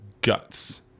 guts